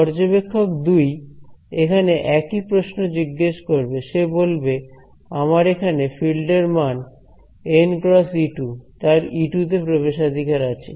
পর্যবেক্ষক 2 এখানে একই প্রশ্ন জিজ্ঞেস করবে সে বলবে আমার এখানে ফিল্ডের মান nˆ × E2 তার E2 তে প্রবেশাধিকার আছে